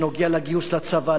שנוגע לגיוס לצבא,